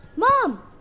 Mom